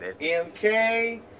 MK